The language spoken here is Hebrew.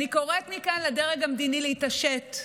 אני קוראת מכאן לדרג המדיני להתעשת.